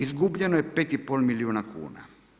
Izgubljeno je 5,5 milijuna kuna.